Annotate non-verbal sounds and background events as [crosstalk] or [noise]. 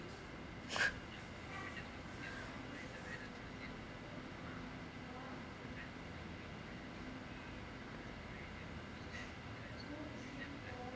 [laughs]